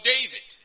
David